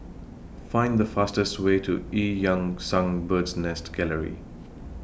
Find The fastest Way to EU Yan Sang Bird's Nest Gallery